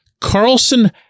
Carlson